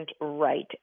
right